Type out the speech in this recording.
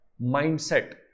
mindset